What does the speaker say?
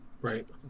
Right